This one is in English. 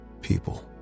people